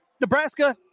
Nebraska